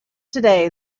today